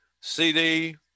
CD